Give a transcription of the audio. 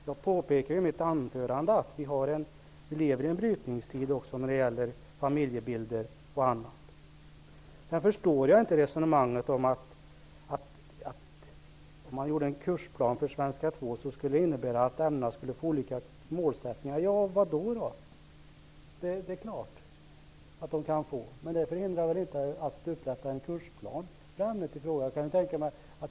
Jag påpekade också i mitt huvudanförande att vi lever i en brytningstid när det gäller familjebildning och annat. Jag förstår inte resonemanget om att om man gjorde en kursplan för svenska 2 skulle det innebära att denna fick en annan målsättning. Ja, än sen då? Det är klart att målsättningen kan bli en annan, men det förhindrar ju inte att man upprättar en kursplan för ämnet i fråga.